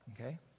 Okay